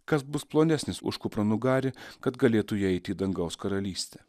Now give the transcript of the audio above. kas bus plonesnis už kupranugarį kad galėtų įeiti į dangaus karalystę